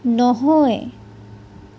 নহয়